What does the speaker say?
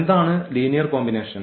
എന്താണ് linear combination